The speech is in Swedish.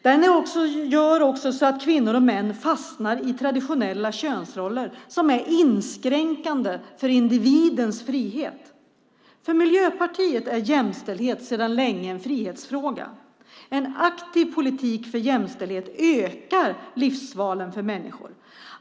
Den gör också att kvinnor och män fastnar i traditionella könsroller som är inskränkande för individens frihet. För Miljöpartiet är jämställdhet sedan länge en frihetsfråga. En aktiv politik för jämställdhet ökar livsvalen för människor.